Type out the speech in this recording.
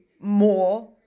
more